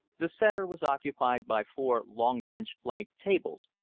the center was occupied by four long bench-flanked tables,